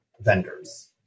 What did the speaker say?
vendors